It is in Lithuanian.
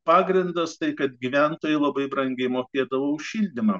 pagrindas tai kad gyventojai labai brangiai mokėdavo už šildymą